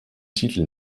titel